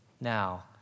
now